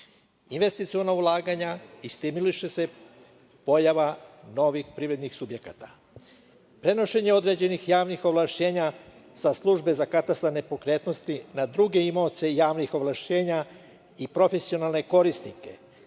investiciona ulaganja i stimuliše se pojava novih privrednih subjekata. Prenošenje određenih javnih ovlašćenja sa Službe za katastar nepokretnosti na druge imaoce javnih ovlašćenja i profesionalne korisnike